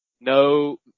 No